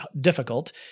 difficult